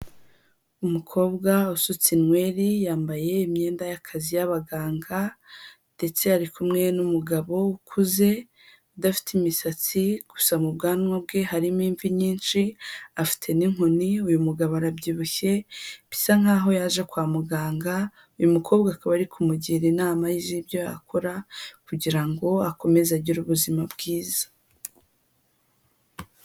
Umukobwa usutse imweri yambaye imyenda y'akazi y'abaganga ndetse ari kumwe n'umugabo ukuze udafite imisatsi gusa mu bwanwa bwe harimo imvi nyinshi afite n'inkoni, uyu mugabo arabyibushye, bisa nk'aho yaje kwa muganga, uyu mukobwa akaba ari kumugira inama z'ibyo yakora kugira ngo akomeze agire ubuzima bwiza.